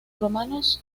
romanos